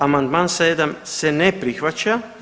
Amandman 7 se ne prihvaća.